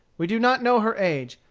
we do not know her age,